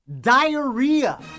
diarrhea